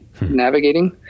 navigating